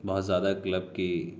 بہت زیادہ کلب کی